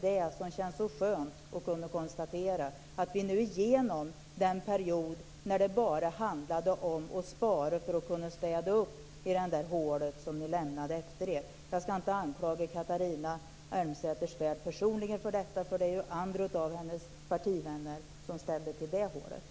Det som känns så skönt att konstatera är att vi nu är igenom den period då det bara handlade om att spara för att städa upp i det där hålet som ni lämnade efter er. Jag skall inte anklaga Catharina Elmsäter-Svärd personligen för detta, för det var ju andra av hennes partivänner som ställde till med det hålet.